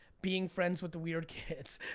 being friends with the weird kids,